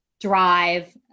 drive